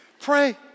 pray